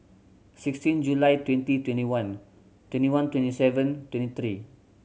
sixteen July twenty twenty one twenty one twenty seven twenty three